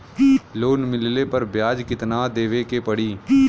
Loan मिलले पर ब्याज कितनादेवे के पड़ी?